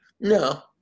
No